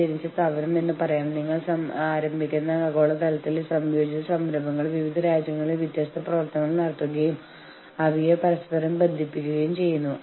wildcat സമരം എന്നത് തൊഴിലാളികൾ പ്രകോപിതരാകുമ്പോൾ അവരുടെ സഹപ്രവർത്തകരിലൊരാൾക്കെതിരെ മാനേജ്മെന്റ് എടുക്കുന്ന അച്ചടക്ക നടപടിയെ പ്രതിഷേധിച്ചുകൊണ്ട് സ്വമേധയ ജോലി നിർത്തിവയ്ക്കുന്നതിനെ സൂചിപ്പിക്കുന്നു